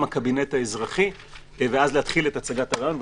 הקבינט האזרחי ואז להתחיל את הצגת הרעיון,